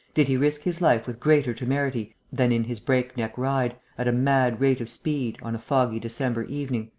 did he risk his life with greater temerity than in his breakneck ride, at a mad rate of speed, on a foggy december evening,